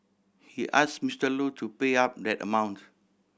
he ask Mister Lu to pay up that amount